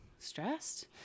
stressed